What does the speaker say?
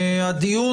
הדיון,